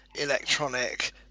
electronic